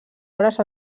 obres